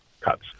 cuts